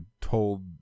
told